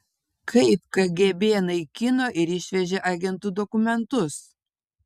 kaip kgb naikino ir išvežė agentų dokumentus